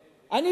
היתה,